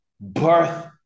birth